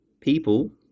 people